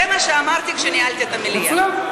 זה מה שאמרתי כשניהלתי את המליאה.